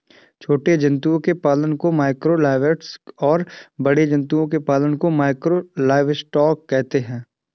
छोटे जंतुओं के पालन को माइक्रो लाइवस्टॉक और बड़े जंतुओं के पालन को मैकरो लाइवस्टॉक कहते है